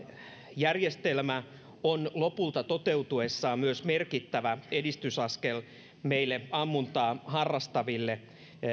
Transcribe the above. järjestelmä on lopulta toteutuessaan myös merkittävä edistysaskel meille ammuntaa harrastaville